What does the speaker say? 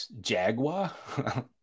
Jaguar